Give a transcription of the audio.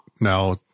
now